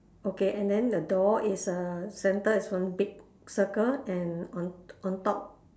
okay and then the door is err centre is one big circle and on on top